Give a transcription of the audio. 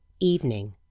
Evening